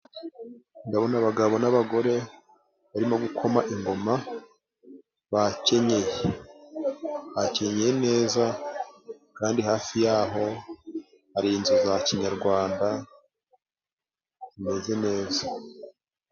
Ndabona abagabo n'abagore, barimo gukoma ingoma bakenyeye. Bakenyeye neza, kandi hafi y'aho hari inzu za kinyarwanda zimeze neza.